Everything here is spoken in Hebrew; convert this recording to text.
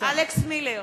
אלכס מילר,